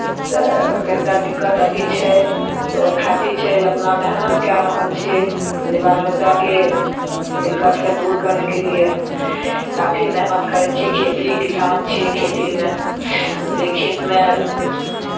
तऽ कनि टा दिक्कत अभी छै तऽ ओहि खातिर छै जे अपना मेहनत कए रहल छियै जे बाल बच्चाके दिक्कतके दूर करयके लिए काफी मेहनत करै छियै खेती किसान छियै खेतीमे जे खेतमे